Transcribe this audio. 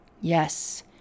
Yes